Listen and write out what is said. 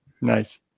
Nice